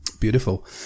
beautiful